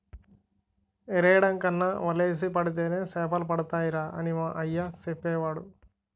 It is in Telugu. ఎరెయ్యడం కన్నా వలేసి పడితేనే సేపలడతాయిరా అని మా అయ్య సెప్పేవోడు